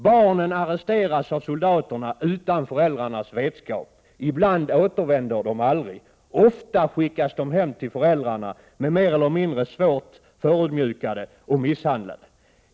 Barnen arresteras av soldaterna utan föräldrarnas vetskap. Ibland återvänder de aldrig. Ofta skickas de hem till föräldrarna mer eller mindre svårt förödmjukade och misshandlade.